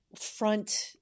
front